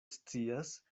scias